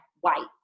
white